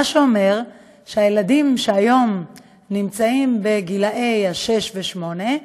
מה שאומר שהילדים שהיום הם גילאי 6 8,